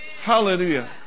Hallelujah